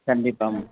கண்டிப்பாக மேம்